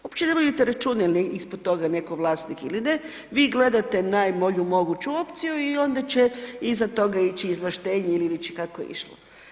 Uopće ne vodite računa jel je ispod toga neko vlasnik ili ne, vi gledate najbolju moguću opciju i onda će iza toga ići izvlaštenje ili već kako je išlo.